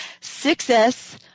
Success